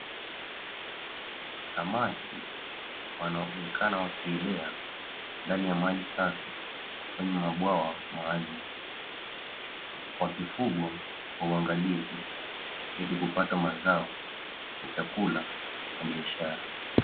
Samaki wanaonekana wakielea ndani ya maji safi kwenye bwawa maalumu, wakifugwa kwa uangalizi ili kupata mazao ya chakula na biashara.